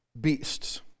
beasts